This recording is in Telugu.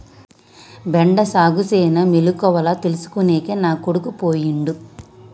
బెండ సాగుసేనే మెలకువల తెల్సుకోనికే నా కొడుకు పోయిండు